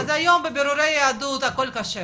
אוקי, אז היום בבירורי יהדות הכול כשר.